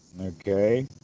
Okay